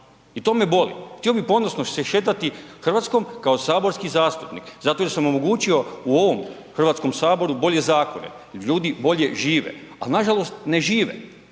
i to me boli, htio bi ponosno se šetati RH kao saborski zastupnik zato jer sam omogućio u ovom HS bolje zakone da ljudi bolje žive, al nažalost ne žive,